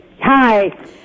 Hi